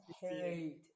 hate